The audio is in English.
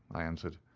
i answered.